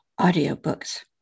Audiobooks